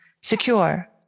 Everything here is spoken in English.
secure